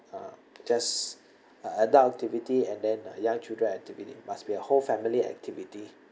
uh just uh adult activity and then uh young children activity must be a whole family activity